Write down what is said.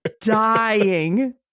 dying